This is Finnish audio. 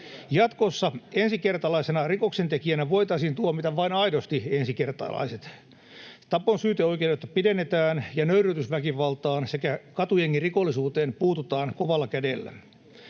Jatkossa ensikertalaisena rikoksentekijänä voitaisiin tuomita vain aidosti ensikertalainen. Tapon syyteoikeutta pidennetään ja nöyryytysväkivaltaan sekä katujengirikollisuuteen puututaan kovalla kädellä.